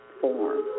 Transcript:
form